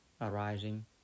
arising